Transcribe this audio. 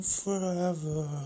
forever